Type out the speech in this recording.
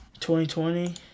2020